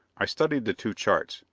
i studied the two charts,